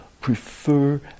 prefer